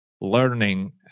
learning